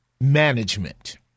management